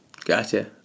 Gotcha